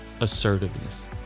assertiveness